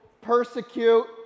persecute